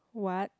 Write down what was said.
what